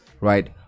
right